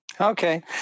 Okay